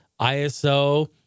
ISO